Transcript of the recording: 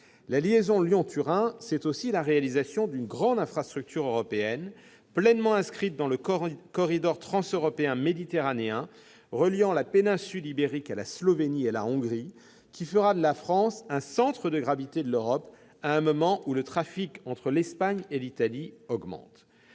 La liaison Lyon-Turin est aussi la réalisation d'une grande infrastructure européenne, pleinement inscrite dans le corridor transeuropéen méditerranéen reliant la péninsule ibérique à la Slovénie et la Hongrie, qui fera de la France un centre de gravité de l'Europe, à un moment où le trafic entre l'Espagne et l'Italie augmente.